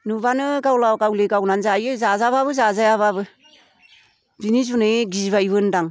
नुबानो गावला गावलि गावनानै जायो जाजाबाबो जाजायाबाबो बेनि जुनै गिबायमोन्दां